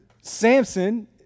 Samson